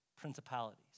principalities